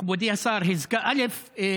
מכובדי השר, א.